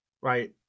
right